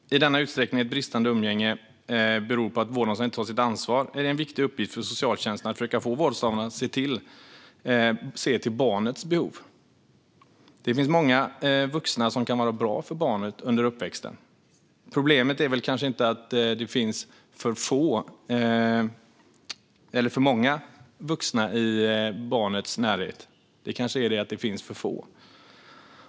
I den utsträckning bristande umgänge beror på att vårdnadshavaren inte tar sitt ansvar är det en viktig uppgift för socialtjänsten att försöka få vårdnadshavaren att se till barnets behov. Det finns många vuxna som kan vara bra för barnet under uppväxten. Problemet är väl inte att det finns för många vuxna i barnets närhet. Det kanske är så att det finns för få.